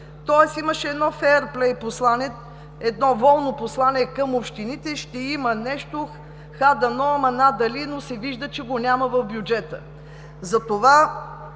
Тоест, имаше едно феърплей послание, едно волно послание към общините – ще има нещо – ха дано, но надали, но се вижда, че го няма в бюджета. Затова